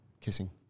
kissing